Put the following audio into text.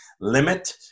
limit